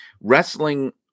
wrestling